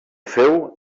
feu